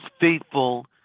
faithful